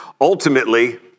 ultimately